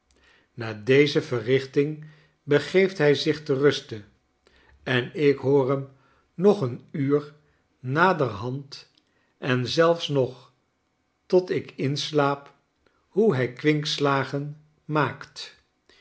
na deze verrichting begeeft hij zich ter ruste en ik hoor hem nog een uur naderhand en zelfs nog tot ik inslaap hoe hij kwinkslagen maakt